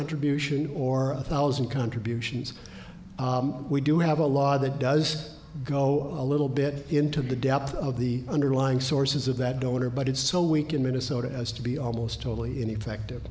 contribution or a thousand contributions we do have a law that does go a little bit into the depth of the underlying sources of that donor but it's so weak in minnesota as to be almost totally ineffective